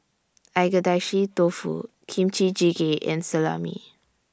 Agedashi Dofu Kimchi Jjigae and Salami